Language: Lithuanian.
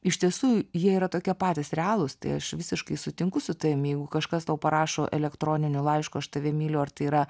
iš tiesų jie yra tokie patys realūs tai aš visiškai sutinku su tavim kažkas tau parašo elektroniniu laišku aš tave myliu ar tai yra